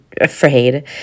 afraid